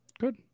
Good